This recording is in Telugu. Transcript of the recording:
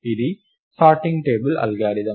ఇది స్టేబుల్ సార్టింగ్ అల్గోరిథం